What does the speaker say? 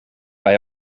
bij